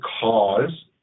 cause